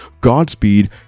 Godspeed